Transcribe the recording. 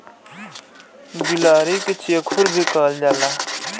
गिलहरी के चेखुर भी कहल जाला